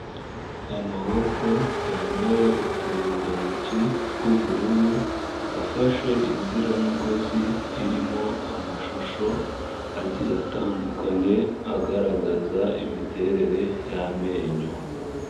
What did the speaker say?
Amaboko yambaye uturindantoki tw'ubururu afashe inziramugozi, irimo amashusho agiye atandukanye agaragaza imiterere y'amenyo.